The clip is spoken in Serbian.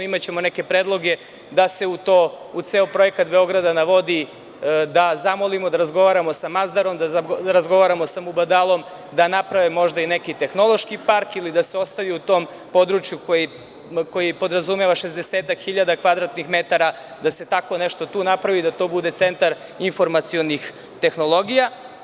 Imaćemo neke predloge da se u ceo projekat „Beograda na vodi“, da zamolimo da razgovaramo sa „Mazdarom“, da razgovaramo sa „Mubadalom“, da naprave možda i neki tehnološki park ili da se ostavi u tom području koji podrazumeva šezdesetak hiljada kvadratnih metara da se tako nešto tu napravi, da to bude centar informacionih tehnologija.